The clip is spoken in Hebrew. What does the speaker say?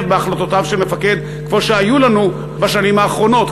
בהחלטותיו של מפקד כמו שהיו לנו בשנים האחרונות,